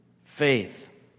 faith